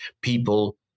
people